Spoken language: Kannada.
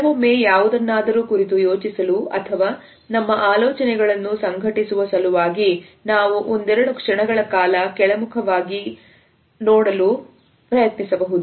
ಕೆಲವೊಮ್ಮೆ ಯಾವುದನ್ನಾದರೂ ಕುರಿತು ಯೋಚಿಸಲು ಅಥವಾ ನಮ್ಮ ಆಲೋಚನೆಗಳನ್ನು ಸಂಘಟಿಸುವ ಸಲುವಾಗಿ ನಾವು ಒಂದೆರಡು ಕ್ಷಣಗಳ ಕಾಲ ಕೆಳಮುಖವಾಗಿ ಆಲೋಚನೆ ಮಾಡಲು ನೋಡಬಹುದು